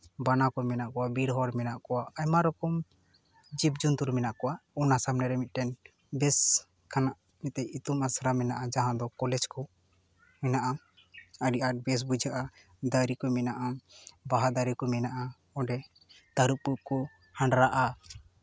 ᱵᱟᱱᱟ ᱠᱚ ᱢᱮᱱᱟᱜ ᱠᱚᱣᱟ ᱵᱤᱨ ᱦᱚᱲ ᱢᱮᱱᱟᱜ ᱠᱚᱣᱟ ᱟᱭᱢᱟ ᱨᱚᱠᱚᱢ ᱡᱤᱵᱽ ᱡᱚᱱᱛᱩᱨ ᱢᱮᱱᱟᱜ ᱠᱚᱣᱟ ᱚᱱᱟ ᱥᱩᱨ ᱨᱮ ᱢᱤᱫᱴᱮᱱ ᱵᱮᱥ ᱞᱮᱠᱟᱱᱟᱜ ᱢᱤᱫᱴᱤᱱ ᱤᱛᱩᱱ ᱟᱥᱲᱟ ᱢᱮᱱᱟᱜᱼᱟ ᱡᱟᱦᱟᱸ ᱫᱚ ᱠᱚᱞᱮᱡᱽ ᱠᱚ ᱢᱮᱱᱟᱜᱼᱟ ᱟᱹᱰᱤ ᱟᱸᱴ ᱵᱮᱥ ᱵᱩᱡᱷᱟᱹᱜᱼᱟ ᱫᱟᱨᱮ ᱠᱚ ᱢᱮᱱᱟᱜᱼᱟ ᱵᱟᱦᱟ ᱫᱟᱨᱮ ᱠᱚ ᱢᱮᱱᱟᱜᱼᱟ ᱚᱰᱮ ᱛᱟᱹᱨᱩᱵᱽ ᱠᱚᱠᱚ ᱦᱟᱸᱰᱨᱟᱜᱼᱟ